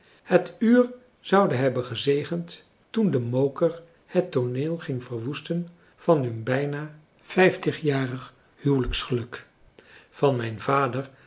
het uur zouden hebben gezegend toen de moker het tooneel ging verwoesten van hun bijna vijftigjarig huwelijksgeluk van mijn vader